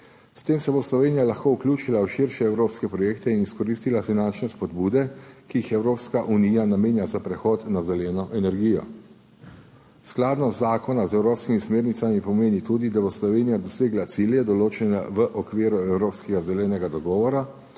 S tem se bo Slovenija lahko vključila v širše evropske projekte in izkoristila finančne spodbude, ki jih Evropska unija namenja za prehod na zeleno energijo. Skladnost zakona z evropskimi smernicami pomeni tudi, da bo Slovenija dosegla cilje, določene v okviru Evropskega zelenega dogovora,